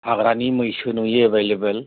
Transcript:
हाग्रानि मैसो नुयो एभैलेबोल